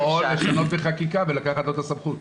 או לשנות בחקיקה ולקחת לו את הסמכות.